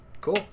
cool